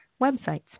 websites